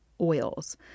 oils